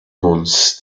months